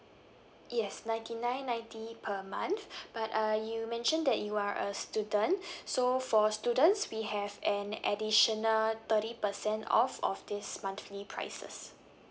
yes ninety nine ninety per month but uh you mentioned that you are a student so for students we have an additional thirty percent off of this monthly prices